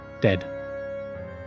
dead